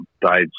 died